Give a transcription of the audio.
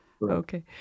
Okay